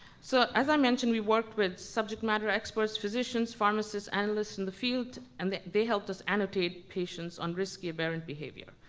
so as i mentioned, we worked with subject matter experts, physicians, pharmacists, analysts in the field and they helped us annotate patients on risky aberrant behavior.